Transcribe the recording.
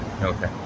Okay